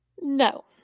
No